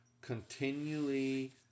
continually